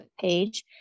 page